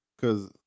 Cause